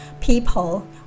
People